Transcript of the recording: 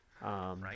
Right